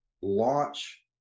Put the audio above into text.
launch